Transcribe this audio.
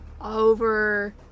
over